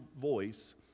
voice